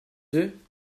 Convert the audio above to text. deux